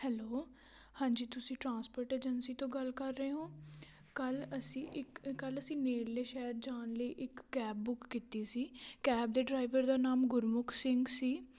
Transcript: hello ਹਾਂਜੀ ਤੁਸੀਂ transport agency ਤੋਂ ਗੱਲ ਕਰ ਰਹੇ ਹੋ ਕੱਲ੍ਹ ਅਸੀਂ ਇੱਕ ਕੱਲ ਅਸੀਂ ਨੇੜਲੇ ਸ਼ਹਿਰ ਜਾਣ ਲਈ ਇੱਕ ਕੈਬ ਬੁੱਕ ਕੀਤੀ ਸੀ ਕੈਬ ਦੇ ਡਰਾਈਵਰ ਦਾ ਨਾਮ ਗੁਰਮੁਖ ਸਿੰਘ ਸੀ